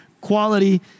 quality